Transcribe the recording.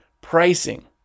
pricing